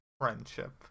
Friendship